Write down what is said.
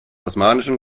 osmanischen